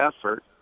effort